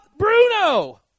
Bruno